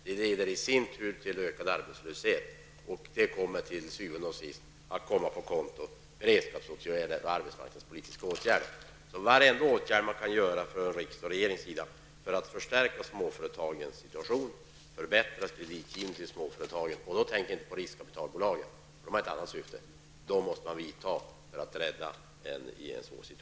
Detta leder i sin tur till ökad arbetslöshet, och det kommer til syvende og sidst att komma på kontona Varenda åtgärd som regering och riksdag kan vidta för att stärka småföretagens situation genom en förbättring av kreditgivningen måste vidtas. Jag tänker då inte på riskkapitalbolagen, som har ett annat syfte.